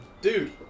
Dude